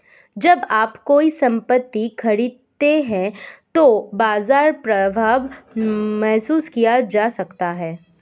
जब आप कोई संपत्ति खरीदते हैं तो बाजार प्रभाव महसूस किया जा सकता है